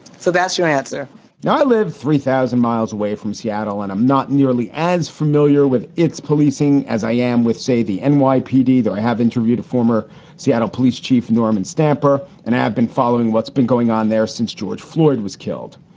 so that's your answer now? i live three thousand miles away from seattle and i'm not nearly as familiar with its policing as i am with, say, the and nypd, though i have interviewed a former seattle police chief, norm and stamper, and have been following what's been going on there since george floyd was killed.